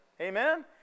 Amen